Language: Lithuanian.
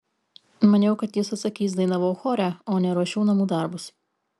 maniau kad jis atsakys dainavau chore o ne ruošiau namų darbus